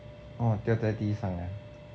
oh 掉在地上 ah